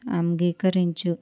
అంగీకరించు